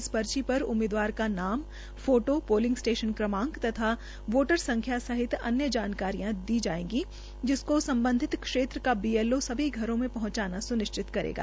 इस स्लि र उम्मीदवार का नाम फोटो ोलिंग स्टेशन क्रमांक तथा वोटर संख्या सहित अन्य जानकारियां दी गई होगी जिसको संबंधित क्षेत्र का बीएलओ सभी घरों में हंचाना स्निश्चित करेगा